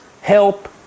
help